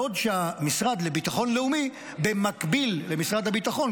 בעוד המשרד לביטחון לאומי במקביל למשרד הביטחון,